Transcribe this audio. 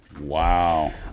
Wow